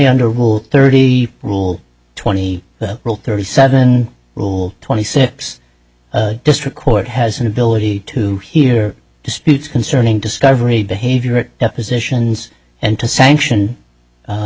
rule thirty rule twenty the rule thirty seven rule twenty six district court has an ability to hear disputes concerning discovery behavior depositions and to sanction